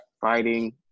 fighting